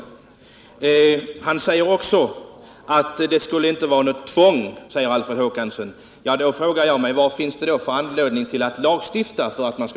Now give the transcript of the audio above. Herr Håkansson säger också att det inte skulle vara något tvång, och därför frågar jag: Vad finns det då för anledning att lagstifta?